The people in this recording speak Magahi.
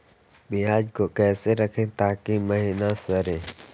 प्याज को कैसे रखे ताकि महिना सड़े?